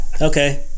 Okay